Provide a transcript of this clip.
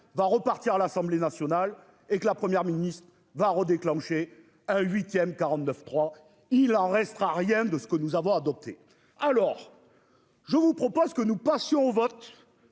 va repartir à l'Assemblée nationale et que la première ministre va redéclencher 1/8ème 49.3 il en restera rien de ce que nous avons adopté alors. Je vous propose que nous passions vote.